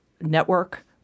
network